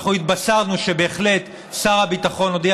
אנחנו התבשרנו שבהחלט שר הביטחון הודיע